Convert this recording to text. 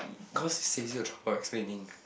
cause it saves you the trouble explaining